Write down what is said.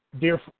dear